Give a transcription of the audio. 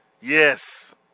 Yes